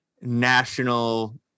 national